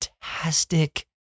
fantastic